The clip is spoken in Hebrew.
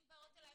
אם באות אליך